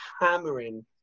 hammering